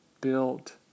built